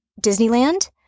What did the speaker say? Disneyland